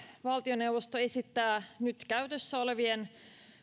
valtioneuvosto esittää nyt käytössä olevien